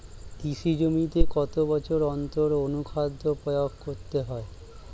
কৃষি জমিতে কত বছর অন্তর অনুখাদ্য প্রয়োগ করতে হবে?